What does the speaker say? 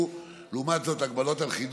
והפעלת התחבורה הציבורית היא רק